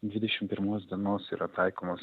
dvidešim pirmos dienos yra taikomos